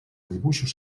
dibuixos